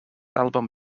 album